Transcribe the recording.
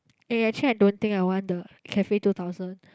eh actually I don't think I want the cafe two thousand